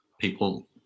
people